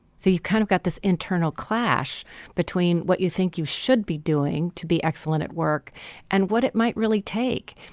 so you kind of got this internal clash between what you think you should be doing to be excellent at work and what it might really take.